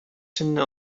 czynny